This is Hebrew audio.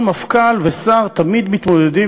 כל מפכ"ל ושר תמיד מתמודדים,